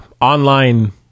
online